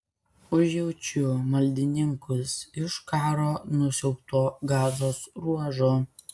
užjaučiu maldininkus iš karo nusiaubto gazos ruožo